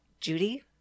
Judy